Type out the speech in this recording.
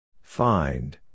Find